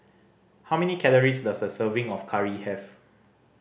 how many calories does a serving of curry have